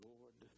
Lord